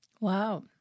Wow